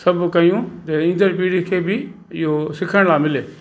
सभु कयूं ईंदड़ पीढ़ी खे बि इहो सिखण लाइ मिले